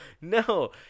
No